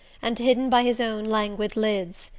and hidden by his own languid lids.